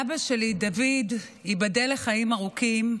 אבא שלי, דוד, ייבדל לחיים ארוכים,